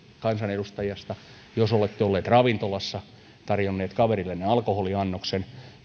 kansanedustajasta jos olemme olleet ravintolassa tarjonneet kaverillemme alkoholiannoksen